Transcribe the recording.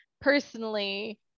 personally